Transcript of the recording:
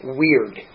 weird